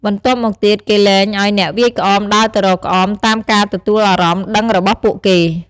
បន្ទាប់មកទៀតគេលែងឱ្យអ្នកវាយក្អមដើរទៅរកក្អមតាមការទទួលអារម្មណ៍ដឹងរបស់ពួកគេ។